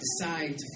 decide